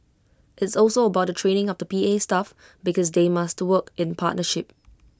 it's also about the training of the P A staff because they must work in partnership